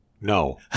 No